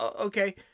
Okay